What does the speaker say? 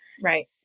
Right